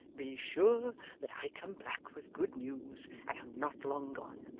be sure that i come back with good news, and am not long gone